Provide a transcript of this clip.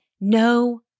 No